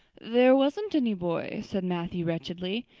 there wasn't any boy, said matthew wretchedly.